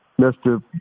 Mr